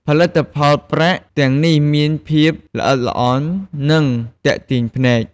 ផលិតផលប្រាក់ទាំងនេះមានភាពល្អិតល្អន់ និងទាក់ទាញភ្នែក។